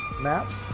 maps